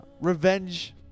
revenge